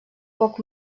poc